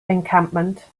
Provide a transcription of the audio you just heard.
encampment